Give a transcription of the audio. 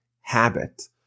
habit